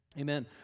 Amen